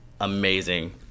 amazing